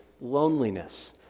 loneliness